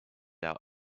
our